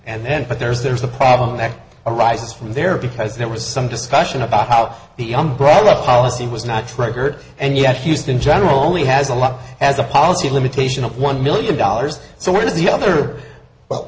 and then but there's there's a problem that arises from there because there was some discussion about how the umbrella policy was not triggered and yet houston generally has a lot has a policy limitation of one million dollars so where is the other but